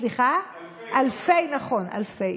סליחה, אלפי, נכון, אלפי.